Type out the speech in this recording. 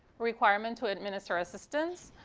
requirements to administer assistance.